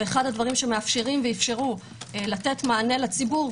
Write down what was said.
ואחד הדברים שמאפשרים ואפשרו לתת מענה לציבור,